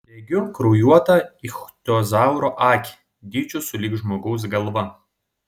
regiu kraujuotą ichtiozauro akį dydžiu sulig žmogaus galva